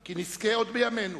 כי נזכה עוד בימינו